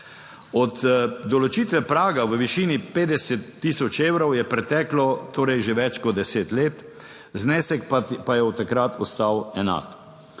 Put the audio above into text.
Od določitve praga v višini 50 tisoč evrov je preteklo torej že več kot deset let, znesek pa je od takrat ostal enak.